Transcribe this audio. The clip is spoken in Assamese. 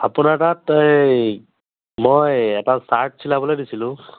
আপোনাৰ তাত এই মই এটা শ্ৱাৰ্ট চিলাবলৈ দিছিলোঁ